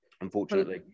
unfortunately